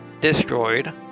destroyed